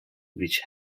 which